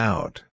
Out